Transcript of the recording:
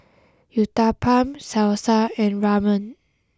Uthapam Salsa and Ramen